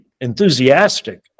enthusiastic